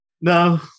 No